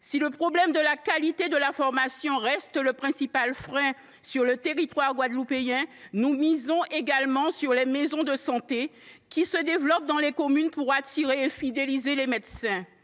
sur le problème de la qualité de la formation, le principal frein sur le territoire guadeloupéen, mais nous misons également sur les maisons de santé, qui se développent dans les communes, pour attirer et fidéliser les médecins.